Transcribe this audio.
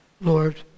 Lord